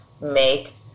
make